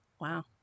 Wow